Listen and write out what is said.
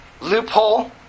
Loophole